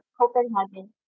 Copenhagen